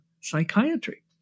psychiatry